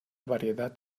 variedad